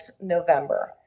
November